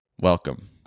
welcome